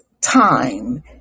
time